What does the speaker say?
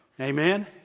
Amen